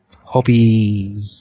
hobby